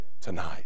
tonight